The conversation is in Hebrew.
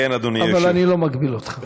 כן, אדוני היושב, אבל אני לא מגביל אותך.